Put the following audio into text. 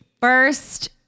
First